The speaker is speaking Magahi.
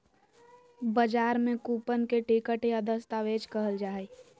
बजार में कूपन के टिकट या दस्तावेज कहल जा हइ